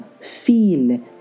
feel